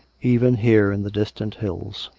even here, in the distant hills,